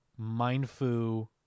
Mindfu